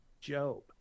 Job